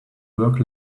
work